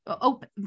open